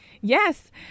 Yes